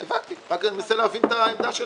אני רק מנסה להבין את העמדה שלכם.